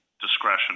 discretion